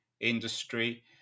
industry